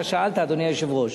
אתה שאלת, אדוני היושב-ראש.